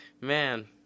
Man